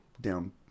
down